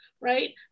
right